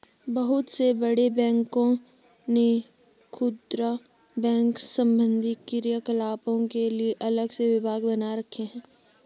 बहुत से बड़े बैंकों ने खुदरा बैंक संबंधी क्रियाकलापों के लिए अलग से विभाग बना रखे हैं